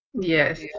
Yes